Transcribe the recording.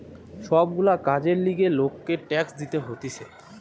সব গুলা কাজের লিগে লোককে ট্যাক্স দিতে হতিছে